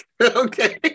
okay